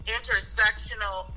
intersectional